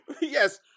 yes